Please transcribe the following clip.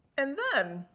and then,